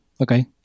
Okay